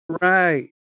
Right